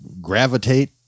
gravitate